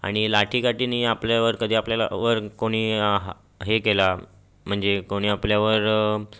आणि लाठी काठीनी आपल्यावर कधी आपल्याला वर कोणी आहा हे केला म्हणजे कोणी आपल्यावर